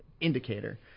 indicator –